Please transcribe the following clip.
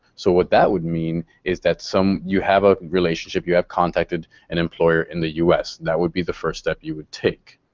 so what that would mean is that some you have a relationship you have contacted an employer in the u s. that would be the first step you would take.